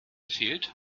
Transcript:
fehlt